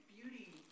beauty